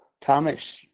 Thomas